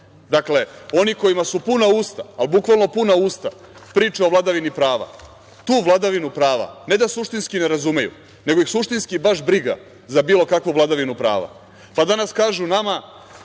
Dakle, onima kojima su puna usta, ali bukvalno puna usta priče o vladavini prava, tu vladavinu prava ne da suštinski ne razumeju, nego ih suštinski baš briga za bilo kakvu vladavinu prava. Danas kažu nama,